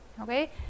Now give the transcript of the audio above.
Okay